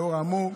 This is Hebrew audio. לאור האמור,